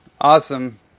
Awesome